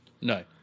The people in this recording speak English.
No